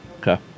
Okay